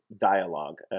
dialogue